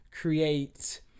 create